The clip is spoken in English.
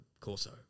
Corso